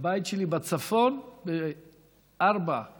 מהבית שלי בצפון ב-04:00,